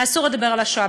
היה אסור לדבר על השואה.